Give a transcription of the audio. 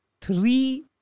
three